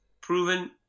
proven